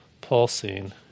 pulsing